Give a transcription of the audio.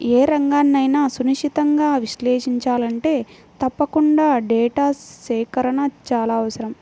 ఏ రంగన్నైనా సునిశితంగా విశ్లేషించాలంటే తప్పకుండా డేటా సేకరణ చాలా అవసరం